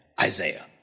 Isaiah